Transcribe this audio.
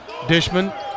Dishman